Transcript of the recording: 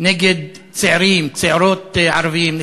נגד צעירים וצעירות ערבים.